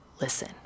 Listen